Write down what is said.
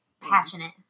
passionate